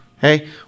Hey